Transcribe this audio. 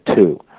two